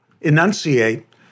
enunciate